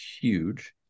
huge